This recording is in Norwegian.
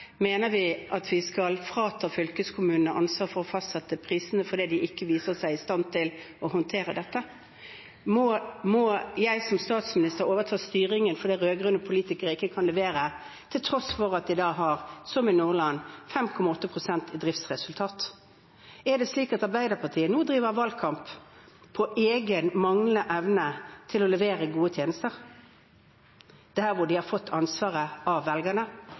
Mener de at vi skal frata fylkeskommunene ansvaret for å fastsette prisene fordi de ikke viser seg i stand til å håndtere dette? Må jeg som statsminister overta styringen fordi rød-grønne politikere ikke kan levere, til tross for at de har, som i Nordland, 5,8 pst. i driftsresultat? Er det slik at Arbeiderpartiet nå driver valgkamp på egen manglende evne til å levere gode tjenester, der de har fått ansvaret av velgerne?